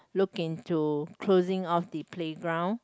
look in to closing off the playground